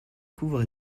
couvrez